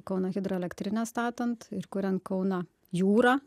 kauno hidroelektrinę statant ir kuriant kauno jūrą